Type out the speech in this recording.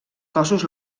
cossos